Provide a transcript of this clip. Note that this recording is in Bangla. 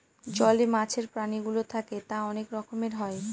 জলে মাছের প্রাণীগুলো থাকে তা অনেক রকমের হয়